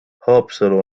haapsalu